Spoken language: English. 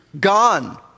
gone